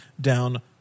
down